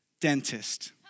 dentist